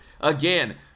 Again